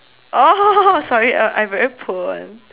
oh sorry uh I very poor [one]